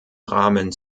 rahmen